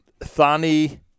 Thani